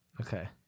Okay